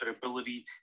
profitability